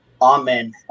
amen